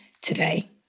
today